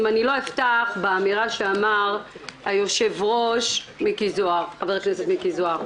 אם לא אפתח באמירה שאמר היושב-ראש חבר הכנסת מיקי זוהר.